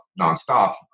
nonstop